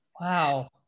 Wow